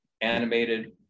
animated